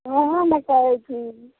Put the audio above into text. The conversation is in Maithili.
वएह ने कहै छी